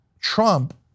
Trump